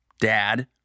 Dad